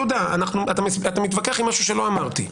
אתה מתווכח עם משהו שלא אמרתי.